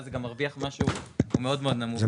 זה גם מרוויח משהו הוא מאוד מאוד נמוך.